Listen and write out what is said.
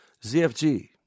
ZFG